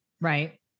right